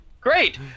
Great